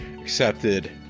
accepted